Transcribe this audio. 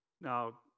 Now